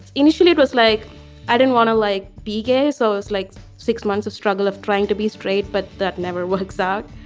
initially, it was like i didn't want to, like, be gay. so i was like six months of struggle of trying to be straight, but that never works out.